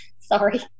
Sorry